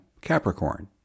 Capricorn